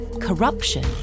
corruption